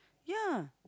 ya